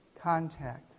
contact